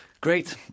Great